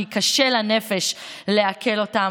כי קשה לנפש לעכל אותם.